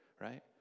right